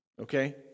okay